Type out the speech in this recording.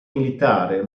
militare